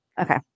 Okay